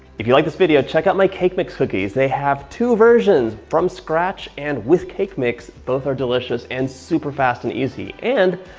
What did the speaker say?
if you like this video, check out my cake mix cookies. they have two versions, from scratch and with cake mix. both are delicious and super fast and easy. and,